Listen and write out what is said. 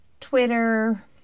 Twitter